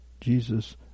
Jesus